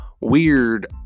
weird